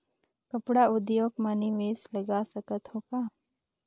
कपड़ा उद्योग म निवेश लगा सकत हो का?